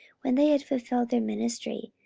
when they had fulfilled their ministry,